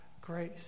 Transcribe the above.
grace